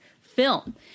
film